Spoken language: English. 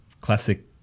classic